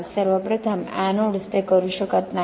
सर्व प्रथम एनोड्स ते करू शकत नाहीत